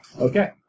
Okay